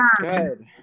Good